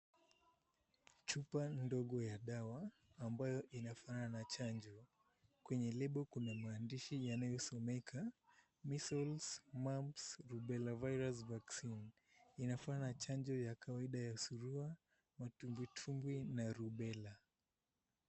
Chupa ndogo ya dawa ambayo inafanana na chanjo kwenye lebo kuna maandishi yanayosomeka, Measles Mumps Rubela Virus Vaccine inafanana na chanjo ya kawaida ya surua, matumbwitumbwi na rubela.